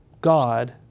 God